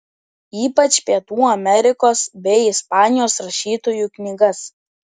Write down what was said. ypač pietų amerikos bei ispanijos rašytojų knygas